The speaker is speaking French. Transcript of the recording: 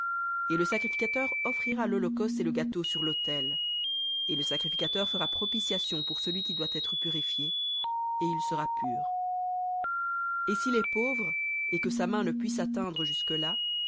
et le sacrificateur offrira l'holocauste et le gâteau sur l'autel et le sacrificateur fera propitiation pour celui qui doit être purifié et il sera pur v et s'il est pauvre et que sa main ne puisse atteindre jusque-là